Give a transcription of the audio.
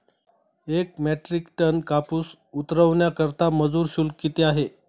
एक metric ton कापूस उतरवण्याकरता मजूर शुल्क किती आहे?